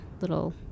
little